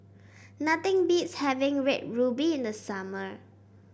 nothing beats having Red Ruby in the summer